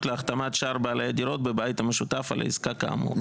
להחתמת שער בעלי דירות בבית המשותף על העסקה כאמור.".